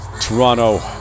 Toronto